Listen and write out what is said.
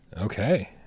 Okay